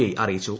I അറിയിച്ചു